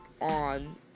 on